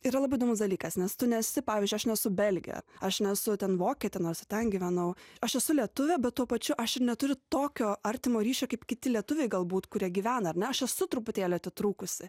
yra labai įdomus dalykas nes tu nesi pavyzdžiui aš nesu belgė aš nesu ten vokietė nors ir ten gyvenau aš esu lietuvė bet tuo pačiu aš ir neturiu tokio artimo ryšio kaip kiti lietuviai galbūt kurie gyvena ar ne aš esu truputėlį atitrūkusi